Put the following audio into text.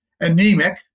anemic